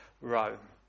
Rome